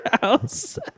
house